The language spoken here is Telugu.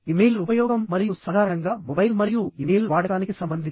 ఇమెయిల్ ఉపయోగం మరియు సాధారణంగా మొబైల్ మరియు ఇమెయిల్ వాడకానికి సంబంధించి